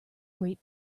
great